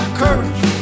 courage